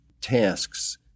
tasks